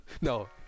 No